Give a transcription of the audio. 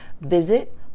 Visit